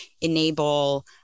enable